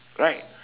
right